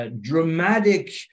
dramatic